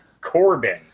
Corbin